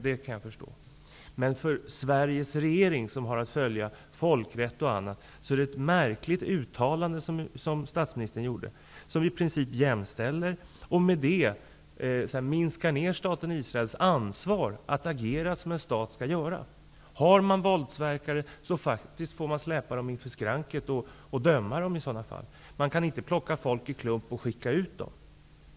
Men beträffande Sveriges regering, som har att följa folkrätt och annat, är statsministerns uttalande märkligt. I detta uttalande jämställs alltså enskilda palestiniers handlingar och Israels agerande. Därmed minskas staten Israels ansvar att agera som en stat skall göra. Om det finns våldsverkare, skall dessa släpas inför skranket och dömas. Man kan inte klumpa ihop dem och skicka i väg dem.